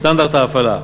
סטנדרט ההפעלה,